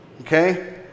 Okay